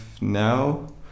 now